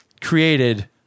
created